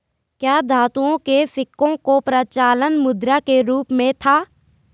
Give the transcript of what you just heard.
क्या धातुओं के सिक्कों का प्रचलन मुद्रा के रूप में था?